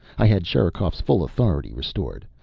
i had sherikov's full authority restored.